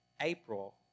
April